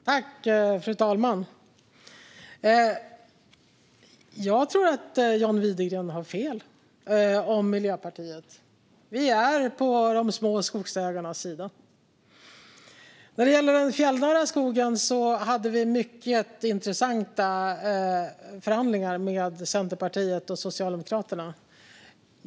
Fru talman! Jag tror att John Widegren har fel om Miljöpartiet. Vi är på de små skogsägarnas sida. När det gäller den fjällnära skogen hade vi mycket intressanta förhandlingar med Centerpartiet och Socialdemokraterna.